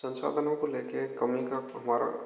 संसाधनों को ले के कमी निवारण